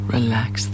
Relax